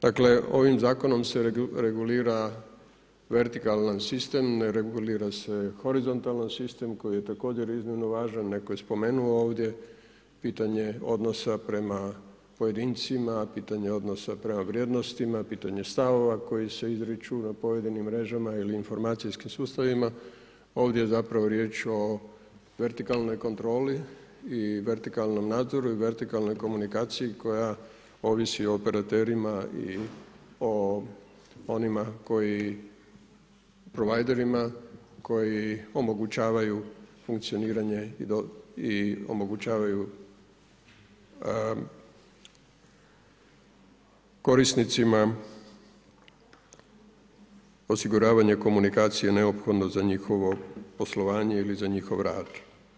Dakle ovim zakonom se regulira vertikalan sistem, ne regulira se horizontalan sistem koji je također iznimno važan, netko je spomenuo ovdje, pitanje je odnosa prema pojedincima, pitanje je odnosa prema vrijednostima, pitanje stavova koji se izriču na pojedinim mrežama ili informacijskim sustavima, ovdje je zapravo riječ o vertikalnoj kontroli i vertikalnom nadzoru i vertikalnoj komunikaciji koja ovisi i operaterima i o onima providerima koji omogućavaju funkcioniranje i omogućavaju korisnicima osiguravanje komunikacije neophodno za njihovo poslovanje ili za njihov rad.